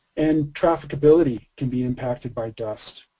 and traffic ability can be impacted by dust.